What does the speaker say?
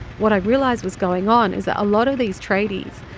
what i realized was going on is that a lot of these tradees